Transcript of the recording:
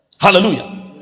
Hallelujah